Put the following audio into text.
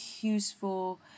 useful